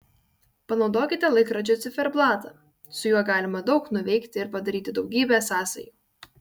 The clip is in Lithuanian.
panaudokite laikrodžio ciferblatą su juo galima daug nuveikti ir padaryti daugybę sąsajų